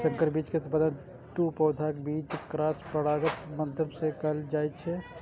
संकर बीज के उत्पादन दू पौधाक बीच क्रॉस परागणक माध्यम सं कैल जाइ छै